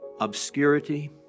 obscurity